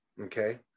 okay